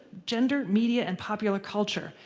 yeah and media, and popular culture.